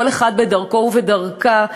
כל אחד בדרכו ובדרכה,